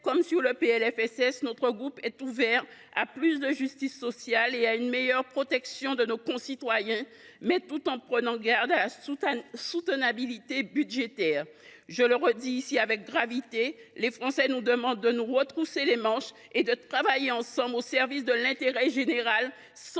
comme sur le PLFSS, notre groupe est ouvert à plus de justice sociale et à une meilleure protection de nos concitoyens, tout en prenant garde à la soutenabilité budgétaire. Je répète en cet instant, avec gravité, que les Français nous demandent de nous retrousser les manches et de travailler ensemble au service de l’intérêt général, sans